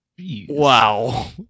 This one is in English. Wow